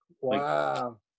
wow